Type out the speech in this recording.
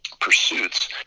pursuits